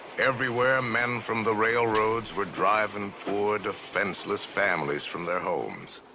everywhere, men from the railroads were driving poor, defenseless families from their homes.